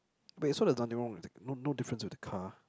wait so there's nothing wrong the no no difference with the car